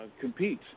compete